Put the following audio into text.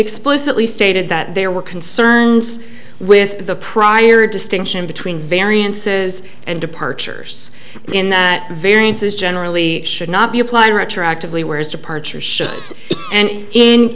explicitly stated that there were concerns with the prior distinction between variances and departures in that variances generally should not be applied retroactively where his departure should and in